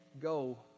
go